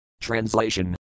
Translation